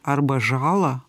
arba žalą